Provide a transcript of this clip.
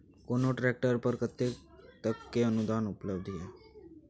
कोनो ट्रैक्टर पर कतेक तक के अनुदान उपलब्ध ये?